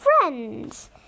friends